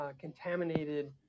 contaminated